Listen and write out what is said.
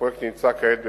הפרויקט נמצא כעת בביצוע.